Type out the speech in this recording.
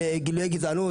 בגילוי גזענות.